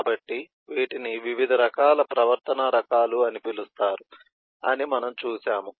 కాబట్టి వీటిని వివిధ రకాల ప్రవర్తనా రకాలు అని పిలుస్తారు అని మనం చూశాము